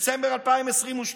דצמבר 2022,